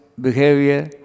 behavior